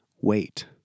wait